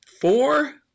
Four